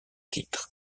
titre